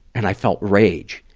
and i felt rage.